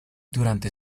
durante